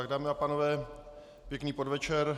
Dámy a pánové, pěkný podvečer.